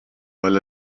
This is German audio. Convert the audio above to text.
weil